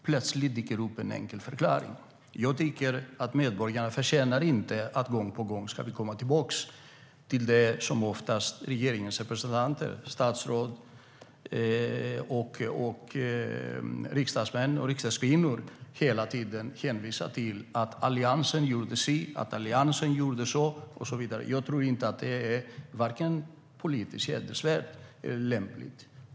Jag tycker inte att medborgarna förtjänar att regeringens representanter, statsråd, riksdagsmän och riksdagskvinnor gång på gång hänvisar till att Alliansen gjorde si, att Alliansen gjorde så och så vidare. Jag tycker inte att det är vare sig politiskt hedervärt eller lämpligt.